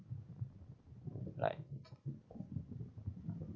like